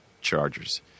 Chargers